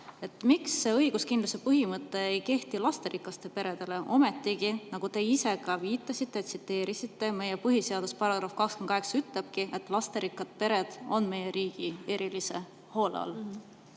Miks see õiguskindluse põhimõte ei kehti lasterikaste perede puhul? Ometigi, nagu te ise ka viitasite, tsiteerisite, meie põhiseaduse § 28 ütleb, et lasterikkad pered on meie riigi erilise hoole